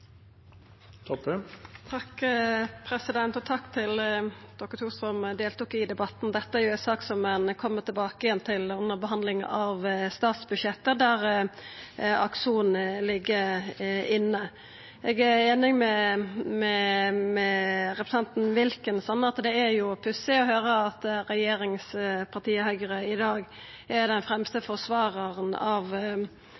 ei sak som ein kjem tilbake til igjen under behandlinga av statsbudsjettet, der Akson ligg inne. Eg er einig med representanten Wilkinson i at det er pussig å høyra at regjeringspartiet Høgre i dag er den fremste